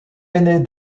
aînée